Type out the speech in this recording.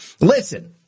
Listen